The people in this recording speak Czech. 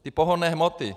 Ty pohonné hmoty.